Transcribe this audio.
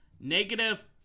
negative